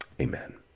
Amen